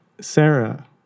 Sarah